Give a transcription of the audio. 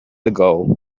ago